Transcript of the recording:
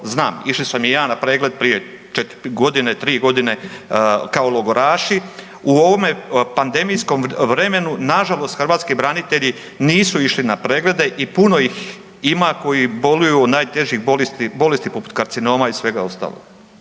išao sam i ja na pregled prije četiri godine, tri godine kao logoraši. U ovom pandemijskom vremenu na žalost hrvatski branitelji nisu išli na preglede i puno ih ima koji boluju od najtežih bolesti poput karcinoma i svega ostalog.